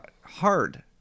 hard